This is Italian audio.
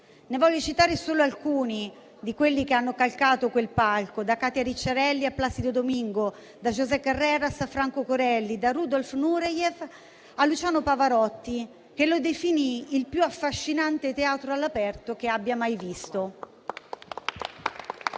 Voglio citare solo alcuni di coloro che hanno calcato quel palco, da Katia Ricciarelli a Placido Domingo, da José Carreras a Franco Corelli, da Rudolf Nureyev a Luciano Pavarotti, che lo definì il più affascinante teatro all'aperto che avesse mai visto.